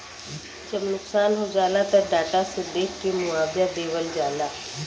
जब नुकसान हो जाला त डाटा से देख के मुआवजा देवल जाला